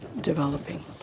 developing